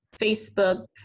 facebook